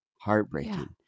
Heartbreaking